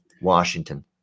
Washington